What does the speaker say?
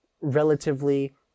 relatively